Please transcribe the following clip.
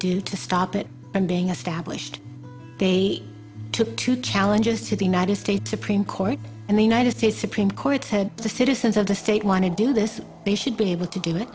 do to stop it from being a stablished they took two challenges to the united states supreme court and the united states supreme court said the citizens of the state want to do this they should be able to do it